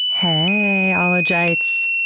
heyyyy, ah ologites!